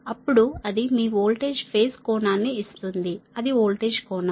అప్పుడు అది మీ వోల్టేజ్ ఫేజ్ కోణాన్ని ఇస్తుంది అది వోల్టేజ్ కోణం